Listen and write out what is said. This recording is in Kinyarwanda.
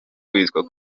witwa